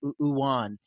Uwan